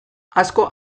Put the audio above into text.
asko